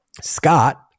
Scott